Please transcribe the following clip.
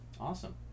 awesome